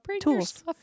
tools